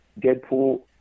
Deadpool